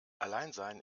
alleinsein